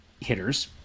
hitters